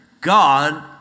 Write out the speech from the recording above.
God